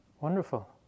Wonderful